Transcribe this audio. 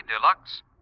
Deluxe